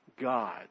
God